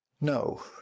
No